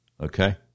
Okay